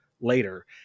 later